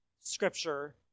Scripture